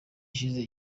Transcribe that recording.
ishize